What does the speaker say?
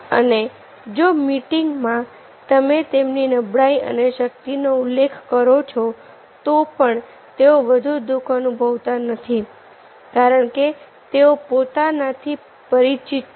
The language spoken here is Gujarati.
અને જો મિટિંગમાં તમે તેમની નબળાઈ અને શક્તિનો ઉલ્લેખ કરો છો તો પણ તેઓ વધુ દુઃખ અનુભવતા નથી કારણ કે તેઓ પોતાના થી પરિચિત છે